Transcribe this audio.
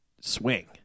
swing